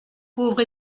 pauvre